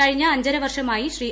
കഴിഞ്ഞ അഞ്ചര വർഷമായി ശ്രീ